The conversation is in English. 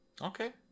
okay